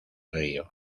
río